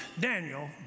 Daniel